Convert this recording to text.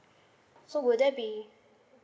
so will there be